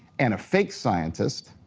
and a fake scientist,